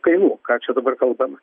kainų ką čia dabar kalbame